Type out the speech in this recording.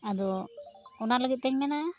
ᱟᱫᱚ ᱚᱱᱟ ᱞᱟᱹᱜᱤᱫ ᱛᱮᱧ ᱢᱮᱱᱟ